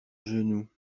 genou